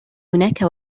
هناك